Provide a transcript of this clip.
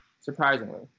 surprisingly